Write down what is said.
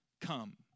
come